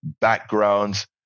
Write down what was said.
backgrounds